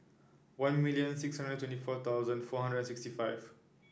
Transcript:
one million six hundred twenty four thousand four hundred sixty five